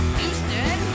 Houston